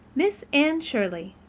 miss anne shirley,